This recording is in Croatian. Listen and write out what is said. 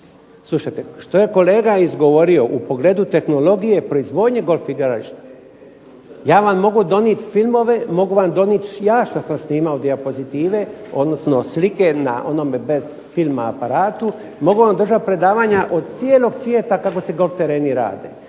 Slušajte, što je kolega izgovorio u pogledu tehnologije proizvodnje golf igrališta, ja vam mogu donijeti filmove, mogu vam donijeti što sam ja snimao dijapozitive, odnosno slike na onome ... aparatu, mogu vam držati predavanja od cijelog svijeta kako se golf tereni rade.